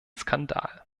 skandal